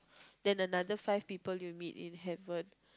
then the other five people you'll meet in heaven